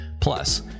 Plus